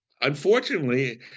unfortunately